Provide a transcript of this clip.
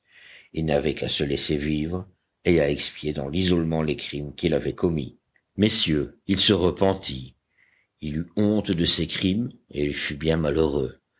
il n'avait qu'à se laisser vivre et à expier dans l'isolement les crimes qu'il avait commis messieurs il se repentit il eut honte de ses crimes et il fut bien malheureux